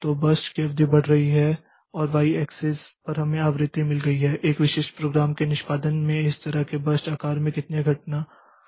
तो बर्स्ट की अवधि बढ़ रही है और y एक्सिस पर हमें आवृत्ति मिल गई है एक विशिष्ट प्रोग्राम के निष्पादन में इस तरह के बर्स्ट आकार के कितने घटना होते हैं